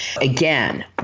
Again